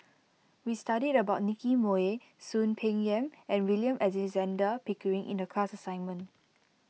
we studied about Nicky Moey Soon Peng Yam and William Alexander Pickering in the class assignment